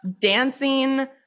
Dancing